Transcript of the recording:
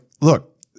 look